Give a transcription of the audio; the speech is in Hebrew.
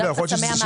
בגלל חסמי המעבר.